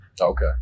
Okay